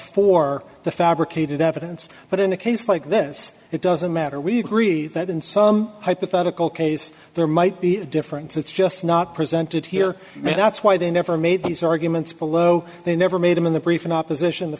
for the fabricated evidence but in a case like this it doesn't matter we agree that in some hypothetical case there might be a difference it's just not presented here and that's why they never made these arguments below they never made them in the brief in opposition the